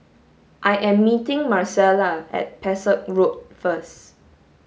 I am meeting Marcela at Pesek Road first